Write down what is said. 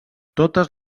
totes